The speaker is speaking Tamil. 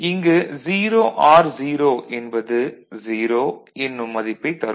இங்கு 0 ஆர் 0 என்பது 0 என்னும் மதிப்பைத் தரும்